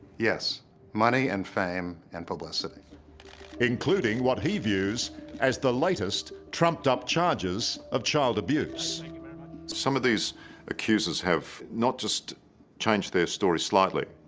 yes money and fame and publicity including what he views as the latest trumped-up charges of child abuse some of these accusers have not just changed their story slightly.